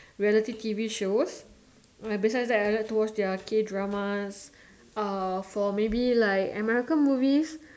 reality T_V shows besides that I like to watch their K dramas uh for maybe like American movies